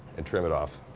and trim it off.